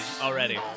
already